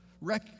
wreck